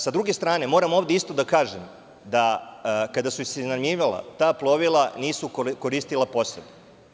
S druge strane, moram ovde isto da kažem da kada su se iznajmljivala ta plovila nisu koristila posadu.